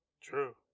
true